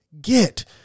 get